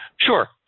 Sure